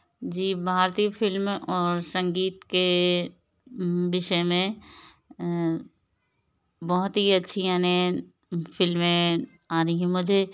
जी भारतीय फिल्म और संगीत के विषय में बहुत ही अच्छी यानी फ़िल्में आ रही हैं मुझे